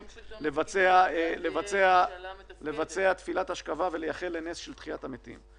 לבצע תפילת השכבה ולייחל לנס של תחיית המתים.